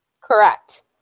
correct